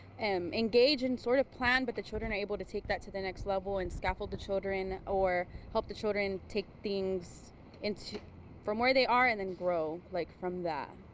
um engage and sort of plan but the children are able to take that to the next level and scaffold the children or help the children take things from where they are and and grow like from that.